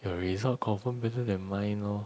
your result confirm better than mine lor